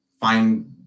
find